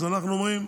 אז אנחנו אומרים: